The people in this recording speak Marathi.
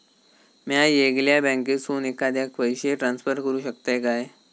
म्या येगल्या बँकेसून एखाद्याक पयशे ट्रान्सफर करू शकतय काय?